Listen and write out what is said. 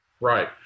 right